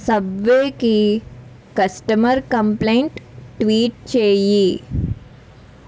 సబ్వేకి customer complaint tweet చేయి